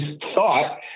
thought